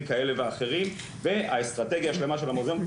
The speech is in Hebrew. כאלה ואחרים והאסטרטגיה השלמה של המוזיאון,